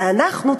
ואנחנו,